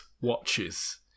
watches